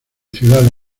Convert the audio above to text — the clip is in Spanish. ciudad